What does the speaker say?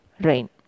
rain